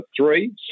three